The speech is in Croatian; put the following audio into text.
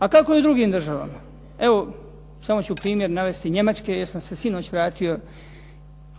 A kako je u drugim državama? Evo samo ću primjer navesti Njemačke, jer sam se sinoć vratio